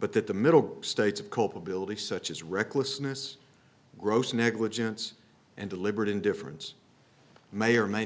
but that the middle states of culpability such as recklessness gross negligence and deliberate indifference may or may